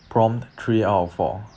prompt three out of four